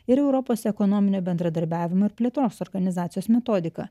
ir europos ekonominio bendradarbiavimo ir plėtros organizacijos metodika